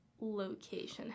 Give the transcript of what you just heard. location